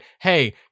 hey